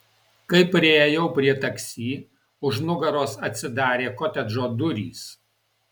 kai priėjau prie taksi už nugaros atsidarė kotedžo durys